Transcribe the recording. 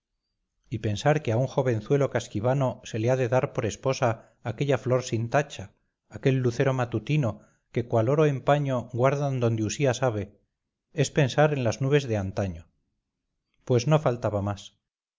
y pensar que a un jovenzuelo casquivano se le ha de dar por esposa aquella flor sin tacha aquel lucero matutino que cual oro en paño guardan donde usía sabe es pensar en las nubes de antaño pues no faltaba más